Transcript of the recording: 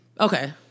Okay